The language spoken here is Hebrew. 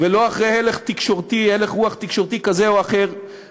ולא אחרי הלך רוח תקשורתי כזה או אחר,